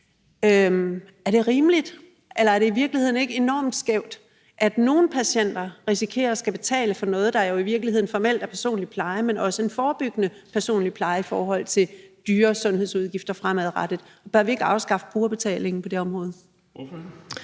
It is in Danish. Er det rimeligt? Eller er det i virkeligheden ikke enormt skævt, at nogle patienter risikerer at skulle betale for noget, der jo i virkeligheden formelt er personlig pleje, men også en forebyggende personlig pleje, i forhold til dyre sundhedsudgifter fremadrettet? Bør vi ikke afskaffe brugerbetalingen på det område?